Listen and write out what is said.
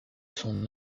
son